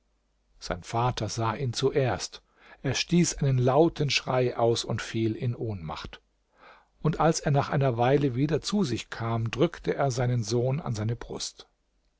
sein vater sah ihn zuerst er stieß einen lauten schrei aus und fiel in ohnmacht und als er nach einer weile wieder zu sich kam drückte er seinen sohn an seine brust